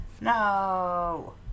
no